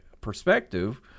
perspective